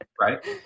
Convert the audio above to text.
Right